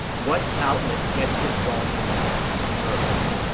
what outlet gets it wrong the most, in your opinion?